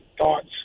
thoughts